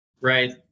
right